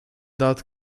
dot